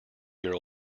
year